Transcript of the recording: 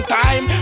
time